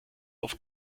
auf